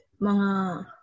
mga